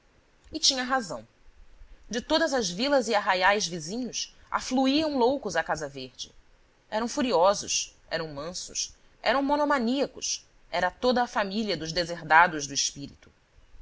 e tinha razão de todas as vilas e arraiais vizinhos afluíam loucos à casa verde eram furiosos eram mansos eram monomaníacos era toda a família dos deserdados do espírito